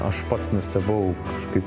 aš pats nustebau kažkaip